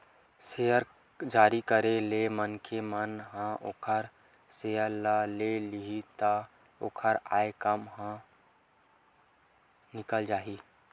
share जारी करे ले मनखे मन ह ओखर सेयर ल ले लिही त ओखर आय काम ह निकल जाही